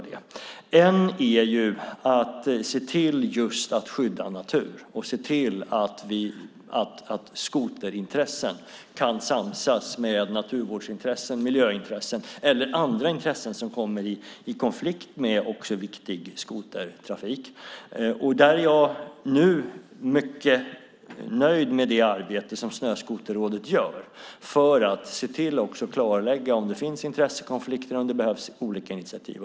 En är att se till att skydda natur och att se till att skoterintressen kan samsas med naturvårdsintressen, miljöintressen eller andra intressen som kommer i konflikt med viktig skotertrafik. Där är jag nu mycket nöjd med det arbete som Snöskoterrådet gör för att se och klarlägga om det finns intressekonflikter och om det behövs olika initiativ.